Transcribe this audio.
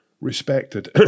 respected